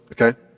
Okay